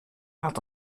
had